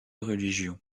religion